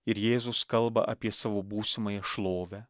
ir jėzus kalba apie savo būsimąją šlovę